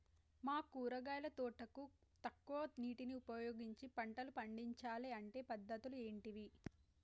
మా కూరగాయల తోటకు తక్కువ నీటిని ఉపయోగించి పంటలు పండించాలే అంటే పద్ధతులు ఏంటివి?